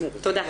תודה.